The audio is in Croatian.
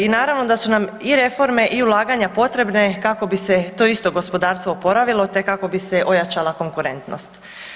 I naravno da su nam i reforme i ulaganja potrebne kako bi se to isto gospodarstvo oporavilo, te kako bi se ojačala konkurentnost.